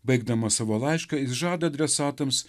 baigdamas savo laišką jis žada adresatams